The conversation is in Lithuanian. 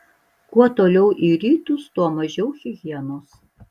kuo toliau į rytus tuo mažiau higienos